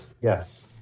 yes